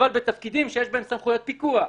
אבל בתפקידים שיש בהם סמכויות פיקוח,